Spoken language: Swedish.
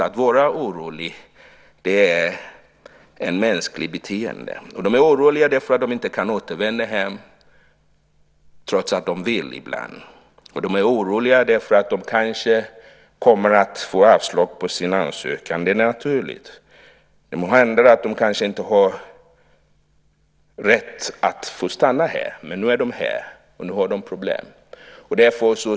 Att vara orolig är ett mänskligt beteende. Dessa människor är oroliga därför att de inte kan återvända hem trots att de ibland vill det. De är oroliga därför att de kanske kommer att få avslag på sin ansökan. Det är naturligt. Det må vara att de inte har rätt att få stanna här, men nu är de här, och de har problem.